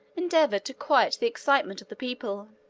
endeavored to quiet the excitement of the people.